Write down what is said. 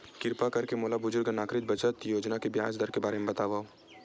किरपा करके मोला बुजुर्ग नागरिक बचत योजना के ब्याज दर के बारे मा बतावव